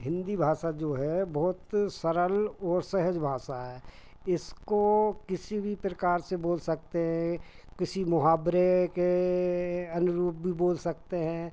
हिन्दी भाषा जो है बहुत सरल ओर सहज भाषा है इसको किसी भी प्रकार से बोल सकते हैं किसी मुहावरे के अनुरूप भी बोल सकते हैं